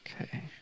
Okay